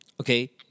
okay